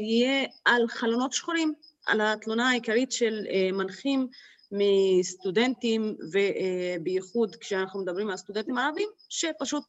יהיה על חלונות שחורים, על התלונה העיקרית של מנחים מסטודנטים, ובייחוד כשאנחנו מדברים על סטודנטים ערבים, שפשוט...